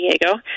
Diego